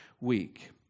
week